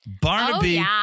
Barnaby